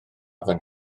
fan